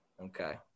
Okay